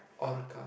orca